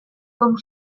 com